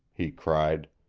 he cried.